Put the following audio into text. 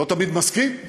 לא תמיד מסכים,